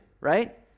right